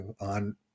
on